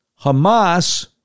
Hamas